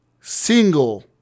single